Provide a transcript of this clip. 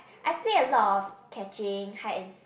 I play a lot of catching hide and see~